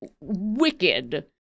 wicked